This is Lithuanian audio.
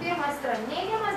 tyrimas yra neigiamas